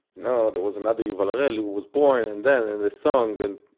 know, there was another yuval harel, who was born and then, and the song, and,